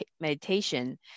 meditation